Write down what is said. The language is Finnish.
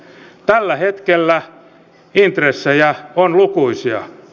tällä hetkellä intressejä on lukuisia